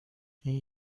این